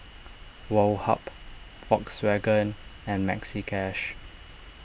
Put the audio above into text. Woh Hup Volkswagen and Maxi Cash